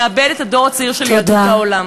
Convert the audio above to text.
נאבד את הדור הצעיר של יהדות העולם.